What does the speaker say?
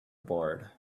board